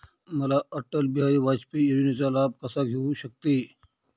मी अटल बिहारी वाजपेयी योजनेचा लाभ कसा घेऊ शकते?